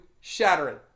shattering